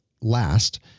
last